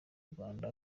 rwanda